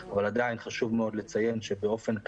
אבל עדיין חשוב מאוד לציין שבאופן כללי,